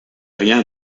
rien